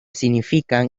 significan